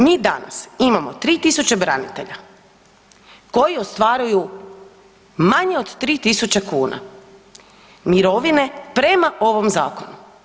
Mi danas imamo 3000 branitelja koji ostvaruju manje od 3.000 kuna mirovine prema ovom zakonu.